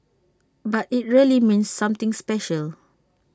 but IT really means something special